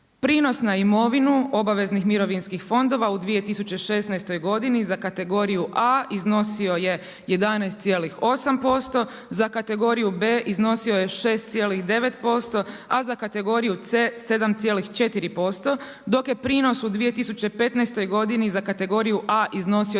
Prinos na imovinu obaveznih mirovinskih fondova u 2016. godinu za kategoriju A, iznosi je 11,85% za kategoriju B iznosio je 6,9% a za kategoriju, a za kategoriju C 7,4%, dok je prinos u 2015. godini za kategoriju A iznosio